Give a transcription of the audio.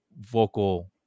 vocal